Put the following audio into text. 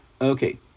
Okay